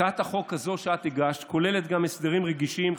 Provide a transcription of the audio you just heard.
הצעת החוק הזו שאת הגשת כוללת גם הסדרים רגישים,